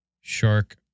Shark